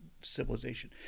civilization